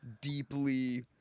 deeply